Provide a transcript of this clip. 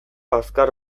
azkar